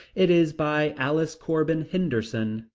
it is by alice corbin henderson.